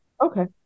Okay